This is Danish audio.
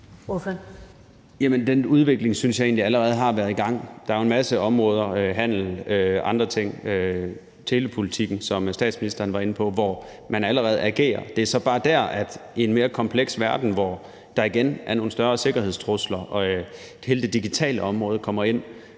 Den udvikling synes jeg egentlig allerede har været i gang. Der er jo en masse områder som handel og andre ting, telepolitikken, som statsministeren var inde på, hvor man allerede agerer. Det er så bare der, altså i en mere kompleks verden, hvor der igen er nogle større sikkerhedstrusler og hele det digitale område kommer ind,